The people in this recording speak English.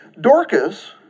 Dorcas